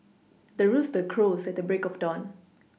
the rooster crows at the break of dawn